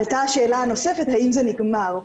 עלתה שאלה נוספת, האם זה נגמר?